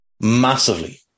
massively